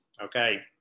okay